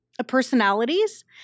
personalities